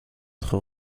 être